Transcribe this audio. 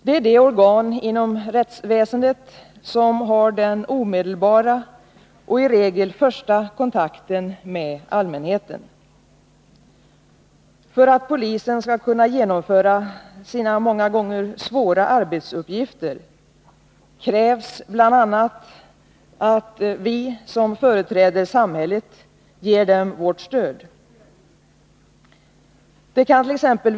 Det är det organ inom rättsväsendet som har den omedelbara och i regel första kontakten med allmänheten. För att polisen skall kunna genomföra sina många gånger svåra arbetsuppgifter krävs bl.a. att vi som företräder samhället ger den vårt stöd. Det kant.ex.